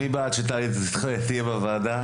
מי בעד שטלי תהיה בוועדה?